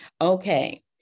Okay